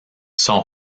son